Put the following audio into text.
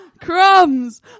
crumbs